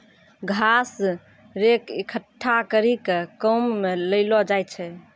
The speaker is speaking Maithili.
घास रेक एकठ्ठा करी के काम मे लैलो जाय छै